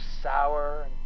sour